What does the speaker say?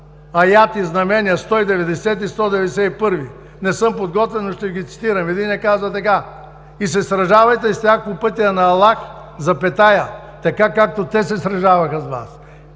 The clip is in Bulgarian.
Аяти да меня 190 191-ви? Не съм подготвен, но ще ги цитирам. Единият казва така: „И се сражавайте с тях по пътя на Аллах, така както те се сражаваха с вас.“